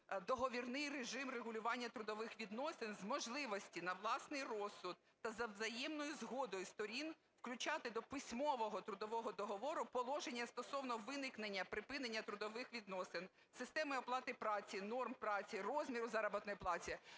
договірний режим регулювання трудових відносин з можливістю на власний розсуд та за взаємною згодою сторін включати до письмового трудового договору положення стосовно виникнення/припинення трудових відносин, системи оплати праці, норм праці, розміру заробітної плати.